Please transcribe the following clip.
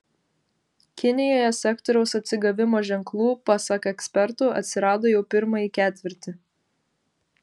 kinijoje sektoriaus atsigavimo ženklų pasak ekspertų atsirado jau pirmąjį ketvirtį